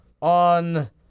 on